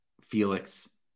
Felix